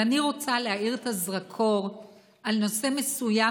אבל אני רוצה להאיר את הזרקור על נושא מסוים